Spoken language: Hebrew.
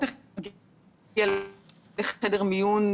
שמגיע לחדר מיון,